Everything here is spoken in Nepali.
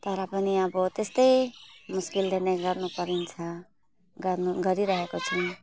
तर पनि अब त्यस्तै मुस्किलले नै गर्नु परिन्छ गर्नु गरिरहेको छौँ